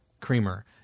creamer